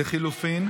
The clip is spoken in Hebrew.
לחלופין.